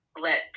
let